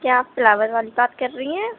کیا آپ فلاور والی بات کر رہی ہیں